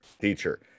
teacher